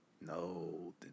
No